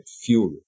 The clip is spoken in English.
fuel